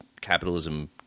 capitalism